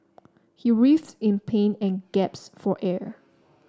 he writhed in pain and gasped for air